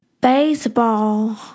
baseball